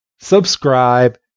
subscribe